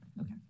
Okay